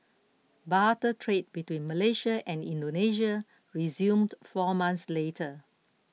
barter trade between Malaysia and Indonesia resumed four months later